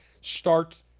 Start